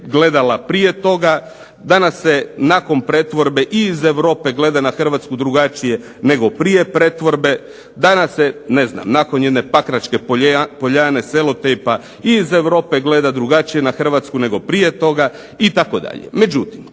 danas se ne znam nakon njene pakračke poljane, selotejpa i iz Europe gleda drugačije na Hrvatsku nego prije toga, itd. Međutim,